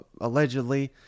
allegedly